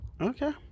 okay